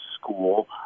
school